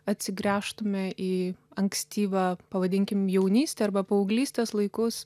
atsigręžtume į ankstyvą pavadinkim jaunystę arba paauglystės laikus